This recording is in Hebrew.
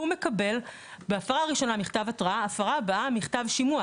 הוא מקבל בהפרה הראשונה מכתב התראה ובהפרה הבאה יהיה לו מכתב שימוע.